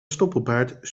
stoppelbaard